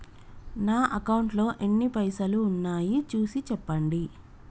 నా అకౌంట్లో ఎన్ని పైసలు ఉన్నాయి చూసి చెప్పండి?